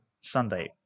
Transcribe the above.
Sunday